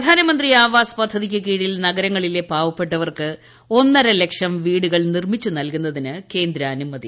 പ്രധാനമന്ത്രി ആവാസ് പദ്ധതിക്ക് കീഴിൽ ന് നഗരങ്ങളിലെ പാവപ്പെട്ടവർക്ക് ഒന്നര ലക്ഷം വീടുകൾ നിർമ്മിച്ച് നൽകുന്നതിന് കേന്ദ്ര അനുമതി